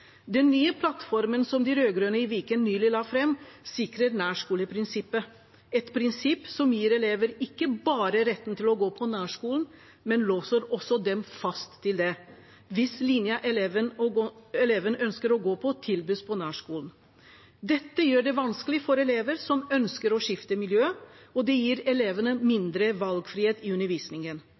Den nye plattformen som de rød-grønne i Viken nylig la fram, sikrer nærskoleprinsippet, et prinsipp som gir elever ikke bare rett til å gå på nærskolen, men som låser dem fast til det hvis linja eleven ønsker å gå på, tilbys på nærskolen. Dette gjør det vanskelig for elever som ønsker å skifte miljø, og det gir elevene mindre valgfrihet i undervisningen